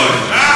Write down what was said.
גברתי, תסיימי.